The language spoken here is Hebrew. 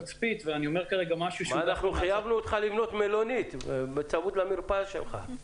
אנחנו חייבנו אותך לבנות מלונית בצמוד למרפאה שלך.